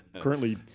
Currently